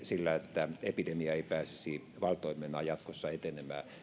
sillä että epidemia ei pääsisi valtoimenaan jatkossa etenemään eli